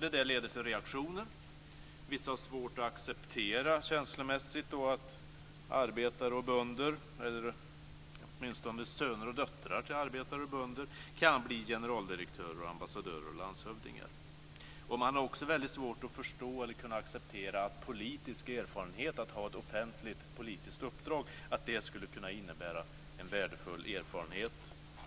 Detta leder till reaktioner. Vissa har svårt att känslomässigt acceptera att arbetare och bönder, eller åtminstone att söner och döttrar till arbetare och bönder, kan bli generaldirektörer, ambassadörer och landshövdingar. Man har också väldigt svårt att förstå och acceptera att erfarenheten av att ha ett offentligt politiskt uppdrag skulle kunna vara värdefull